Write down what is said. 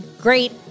great